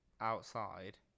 outside